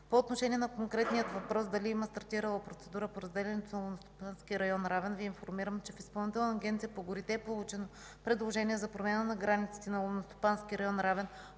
По отношение на конкретния въпрос дали има стартирала процедура по разделянето на Ловно стопанския район „Равен” Ви информирам, че в Изпълнителната агенция по горите е получено предложение за промяна на границите на Ловно стопански район – „Равен”